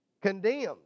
condemned